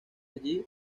allí